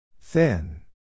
Thin